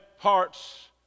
parts